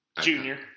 Junior